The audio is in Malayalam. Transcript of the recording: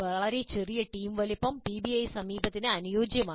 വളരെ ചെറിയ ടീം വലുപ്പം പിബിഐ സമീപനത്തിന് അനുയോജ്യമാണ്